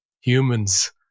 humans